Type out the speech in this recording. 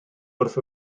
wrth